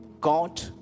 God